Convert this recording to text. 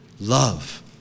love